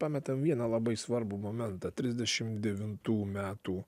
pametam vieną labai svarbų momentą trisdešimt devintų metų